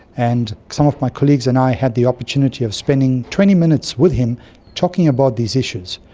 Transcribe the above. and some of my colleagues and i had the opportunity of spending twenty minutes with him talking about these issues.